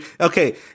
Okay